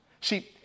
See